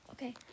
Okay